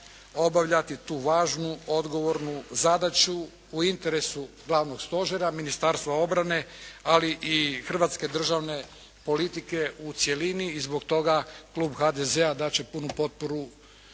obavljati tu važnu, odgovornu zadaću u interesu Glavnog stožera Ministarstva obrane, ali i hrvatske državne politike u cjelini i zbog toga klub HDZ-a dat će punu potporu